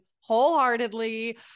wholeheartedly